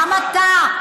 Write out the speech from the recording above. גם אתה.